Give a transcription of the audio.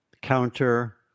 counter